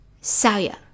Saya